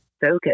focus